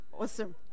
Awesome